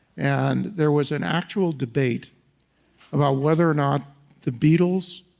and there was an actual debate about whether or not the beatles